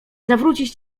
zawrócić